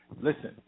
listen